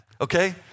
okay